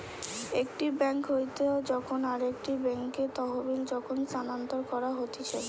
একটি বেঙ্ক হইতে যখন আরেকটি বেঙ্কে তহবিল যখন স্থানান্তর করা হতিছে